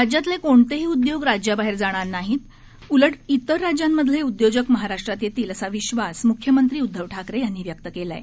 राज्यातले कोणतेही उद्योग राज्याबाहेर जाणार नाहीत उलट इतर राज्यांमधले उद्योजक महाराष्ट्रात येतील असा विश्वास मुख्यमंत्री उद्धव ठाकरे यांनी व्यक्त केला आहे